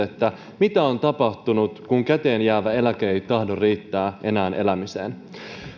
mitä on tapahtunut kun käteenjäävä eläke tahdo riittää enää elämiseen